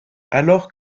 alors